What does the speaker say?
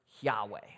Yahweh